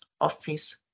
Office